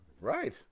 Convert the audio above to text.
right